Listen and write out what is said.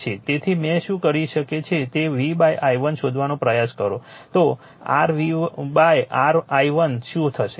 તેથી તે શું કરી શકે છે તે V i1 શોધવાનો પ્રયાસ કરો તો r V r i1 શું હશે